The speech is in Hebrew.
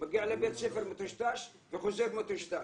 מגיע לבית ספר מטושטש וחוזר מטושטש.